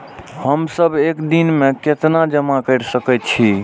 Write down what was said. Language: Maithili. हम सब एक दिन में केतना जमा कर सके छी?